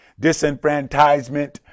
disenfranchisement